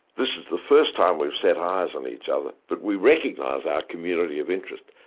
this is the first time we've set eyes on each other, but we recognise our community of interest.